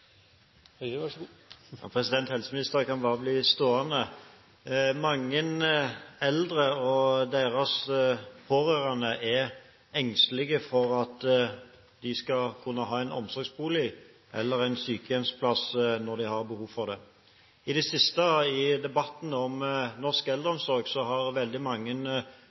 Helseministeren kan bare bli stående. Mange eldre og deres pårørende er engstelige for at de ikke skal kunne ha en omsorgsbolig eller en sykehjemsplass når de har behov for det. I det siste, i debatten om norsk eldreomsorg, har veldig mange